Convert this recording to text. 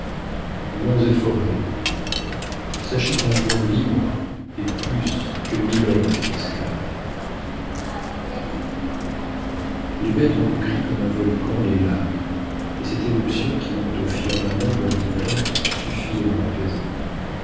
monts et forêts sachez qu'un lion libre est plus que mille hommes esclaves les bêtes ont le cri comme un volcan les laves et cette éruption qui monte au firmament d'ordinaire suffit à leur apaisement